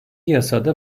yasada